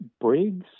Briggs